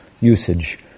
usage